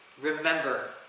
remember